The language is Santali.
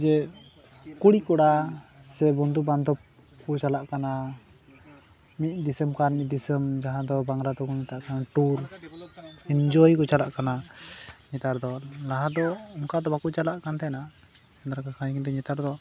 ᱡᱮ ᱠᱩᱲᱤ ᱠᱚᱲᱟ ᱥᱮ ᱵᱚᱱᱫᱷᱩ ᱵᱟᱱᱫᱷᱚᱵᱽ ᱠᱚ ᱪᱟᱞᱟᱜ ᱠᱟᱱᱟ ᱢᱤᱫ ᱫᱤᱥᱚᱢ ᱠᱷᱚᱱ ᱢᱤᱫ ᱫᱤᱥᱚᱢ ᱡᱟᱦᱟᱸ ᱫᱚ ᱵᱟᱝᱞᱟ ᱛᱮᱠᱚ ᱢᱮᱛᱟᱜ ᱠᱟᱱᱟ ᱴᱩᱨ ᱮᱱᱡᱚᱭ ᱠᱚ ᱪᱟᱞᱟᱜ ᱠᱟᱱᱟ ᱱᱮᱛᱟᱨ ᱫᱚ ᱞᱟᱦᱟ ᱫᱚ ᱚᱱᱠᱟ ᱫᱚ ᱵᱟᱠᱚ ᱪᱟᱞᱟᱜ ᱠᱟᱱ ᱛᱟᱦᱮᱱᱟ ᱥᱮᱸᱫᱽᱨᱟ ᱠᱟᱨᱠᱟ ᱠᱤᱱᱛᱩ ᱱᱮᱛᱟᱨ ᱫᱚ